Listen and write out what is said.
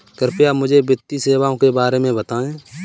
कृपया मुझे वित्तीय सेवाओं के बारे में बताएँ?